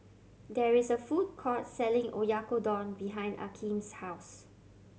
there is a food court selling Oyakodon behind Akeem's house